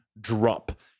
drop